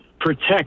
protect